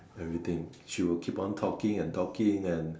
everything she will keep on talking and talking and